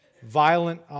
violent